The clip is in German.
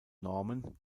normen